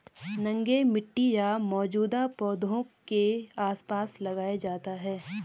नंगे मिट्टी या मौजूदा पौधों के आसपास लगाया जाता है